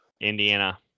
Indiana